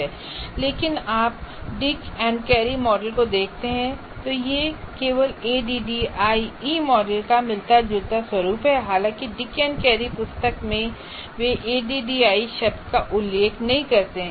लेकिन जब आप डिक एंड केरी मॉडल को देखते हैं तो यह केवल एडीडीआईई मॉडल का मिलता जुलता स्वरूप है हालांकि डिक एंड केरी पुस्तक में वे एडीडीआईई शब्द का उल्लेख नहीं करते हैं